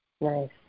Nice